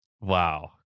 Wow